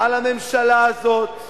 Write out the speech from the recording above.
על הממשלה הזאת,